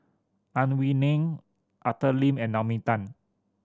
Ang Wei Neng Arthur Lim and Naomi Tan